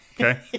Okay